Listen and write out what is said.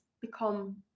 become